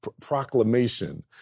proclamation